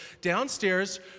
downstairs